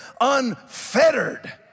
unfettered